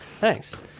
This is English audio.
Thanks